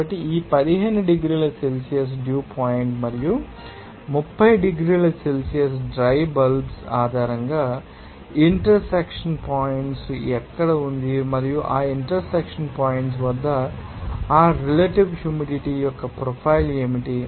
కాబట్టి ఈ 15 డిగ్రీల సెల్సియస్ డ్యూ పాయింట్ మరియు 30 డిగ్రీల సెల్సియస్ డ్రై బల్బ్ ఆధారంగా ఇంటర్ సెక్షన్ పాయింట్స్ ఎక్కడ ఉంది మరియు ఆ ఇంటర్ సెక్షన్ పాయింట్ వద్ద ఆ రిలేటివ్ హ్యూమిడిటీ యొక్క ప్రొఫైల్ ఏమిటి